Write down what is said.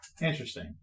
Interesting